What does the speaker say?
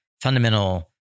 fundamental